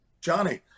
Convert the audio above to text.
Johnny